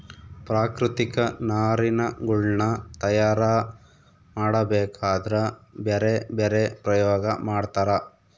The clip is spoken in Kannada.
ಪ್ರಾಕೃತಿಕ ನಾರಿನಗುಳ್ನ ತಯಾರ ಮಾಡಬೇಕದ್ರಾ ಬ್ಯರೆ ಬ್ಯರೆ ಪ್ರಯೋಗ ಮಾಡ್ತರ